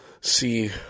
see